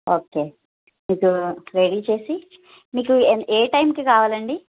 okay మీకు ready చేసి మీకు ఏ ఏ టైంకి కావాలండి